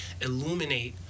illuminate